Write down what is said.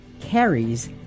carries